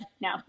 no